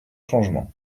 changement